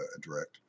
direct